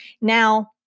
Now